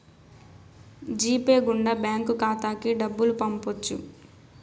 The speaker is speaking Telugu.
జీ పే గుండా బ్యాంక్ ఖాతాకి డబ్బులు పంపొచ్చు